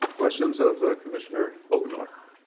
questions of commissioner pogemiller?